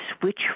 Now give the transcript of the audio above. switch